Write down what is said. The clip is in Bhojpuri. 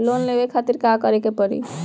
लोन लेवे खातिर का करे के पड़ी?